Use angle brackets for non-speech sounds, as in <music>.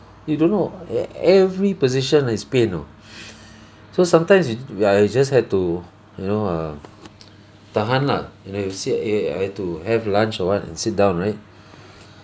you don't know at every position is pain know <breath> so sometimes you I just had to you know uh tahan lah you know if you say eh I had to have lunch or what and sit down right